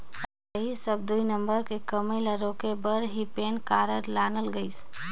ऐही सब दुई नंबर के कमई ल रोके घर ही पेन कारड लानल गइसे